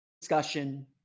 discussion